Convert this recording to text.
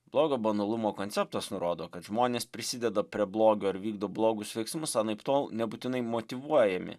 blogio banalumo konceptas nurodo kad žmonės prisideda prie blogio ir vykdo blogus veiksmus anaiptol nebūtinai motyvuojami